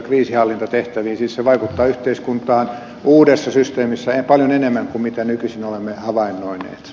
se vaikuttaa yhteiskuntaan uudessa systeemissä paljon enemmän kuin nykyisin olemme havainnoineet